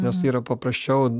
nes yra paprasčiau